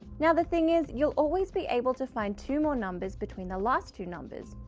now the thing is you'll always be able to find two more numbers between the last two numbers.